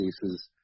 cases